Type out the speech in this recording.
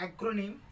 acronym